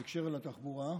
בהקשר לתחבורה,